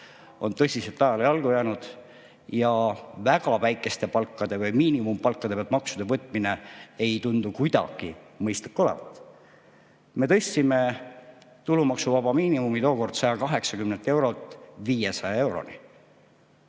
on tõsiselt ajale jalgu jäänud ja väga väikeste palkade või miinimumpalkade pealt maksude võtmine ei tundu kuidagi mõistlik olevat. Me tõstsime tulumaksuvaba miinimumi tookord 180 eurolt 500 euroni.